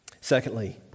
Secondly